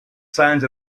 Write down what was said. signs